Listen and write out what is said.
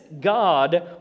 God